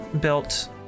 built